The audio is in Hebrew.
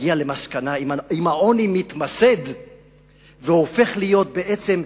מגיע למסקנה, אם העוני מתמסד והופך להיות, בעצם,